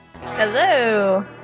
Hello